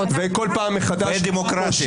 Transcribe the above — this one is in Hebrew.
וכל פעם מחדש --- ודמוקרטית.